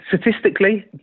Statistically